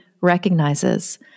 recognizes